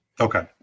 Okay